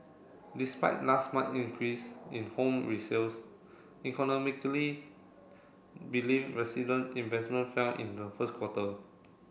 despite last month increase in home resales believe resident investment fell in the first quarter